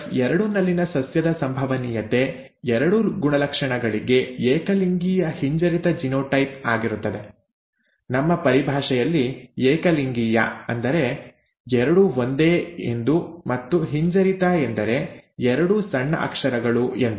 ಎಫ್2 ನಲ್ಲಿನ ಸಸ್ಯದ ಸಂಭವನೀಯತೆ ಎರಡೂ ಗುಣಲಕ್ಷಣಗಳಿಗೆ ಏಕಲಿಂಗೀಯ ಹಿಂಜರಿತ ಜಿನೋಟೈಪ್ ಆಗಿರುತ್ತದೆ ನಮ್ಮ ಪರಿಭಾಷೆಯಲ್ಲಿ ʼಏಕಲಿಂಗೀಯʼ ಅಂದರೆ ಎರಡೂ ಒಂದೇ ಎಂದು ಮತ್ತು ʼಹಿಂಜರಿತʼ ಅಂದರೆ ಎರಡೂ ಸಣ್ಣ ಅಕ್ಷರಗಳು ಎಂದು